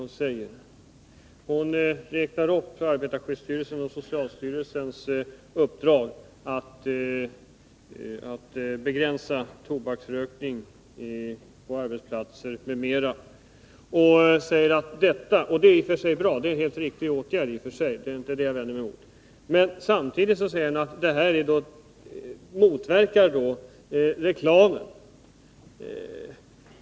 Hon hänvisar till arbetarskyddsstyrelsens och socialstyrelsens uppdrag att begränsa tobaksrökning på arbetsplatser m.m. — det är i och för sig en helt riktig och bra åtgärd, det är inte det jag är emot — men säger samtidigt att detta motverkar reklamen.